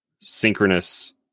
synchronous